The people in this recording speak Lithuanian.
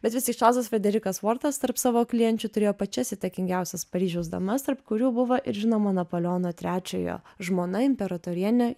bet vis tik čarlzas frederikas vortas tarp savo klienčių turėjo pačias įtakingiausias paryžiaus damas tarp kurių buvo ir žinoma napoleono trečiojo žmona imperatorienė